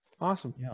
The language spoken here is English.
Awesome